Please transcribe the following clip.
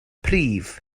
prif